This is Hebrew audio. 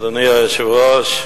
אדוני היושב-ראש,